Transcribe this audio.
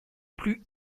plus